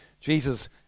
Jesus